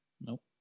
Nope